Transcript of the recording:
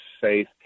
faith